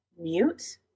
mute